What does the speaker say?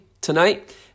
tonight